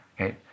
Okay